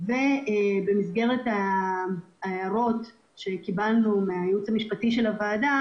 במסגרת ההערות שקיבלנו מהייעוץ המשפטי של הוועדה